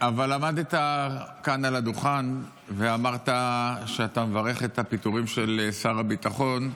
אבל עמדת כאן על הדוכן ואמרת שאתה מברך על הפיטורים של שר הביטחון,